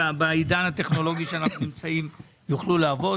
בעידן הטכנולוגי שבו אנחנו נמצאים הם יוכלו לעבוד.